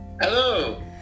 Hello